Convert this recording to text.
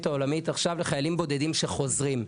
העולמית עכשיו לחיילים בודדים שחוזרים.